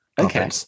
Okay